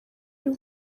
y’u